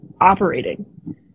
operating